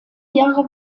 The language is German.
jahre